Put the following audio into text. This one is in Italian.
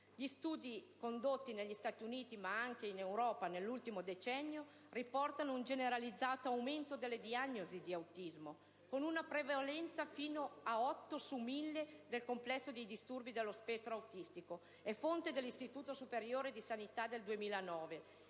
Gli studi condotti negli Stati Uniti, ma anche in Europa, nell'ultimo decennio, riportano un generalizzato aumento delle diagnosi di autismo, con una prevalenza fino a 8 su 1.000 del complesso dei disturbi dello spettro autistico (è fonte dell'Istituto superiore di sanità del 2009),